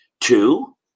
Two